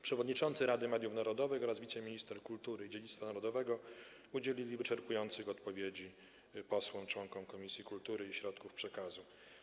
Przewodniczący Rady Mediów Narodowych oraz wiceminister kultury i dziedzictwa narodowego udzielili wyczerpujących odpowiedzi posłom członkom Komisji Kultury i Środków Przekazu.